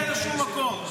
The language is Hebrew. שטרן.